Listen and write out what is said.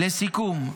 לסיכום,